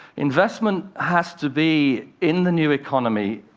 investment has to be, in the new economy,